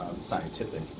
scientific